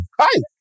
Hi